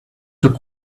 took